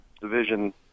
division